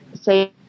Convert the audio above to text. say